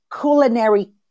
culinary